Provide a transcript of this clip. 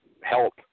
help